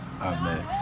Amen